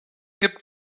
gibt